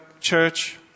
Church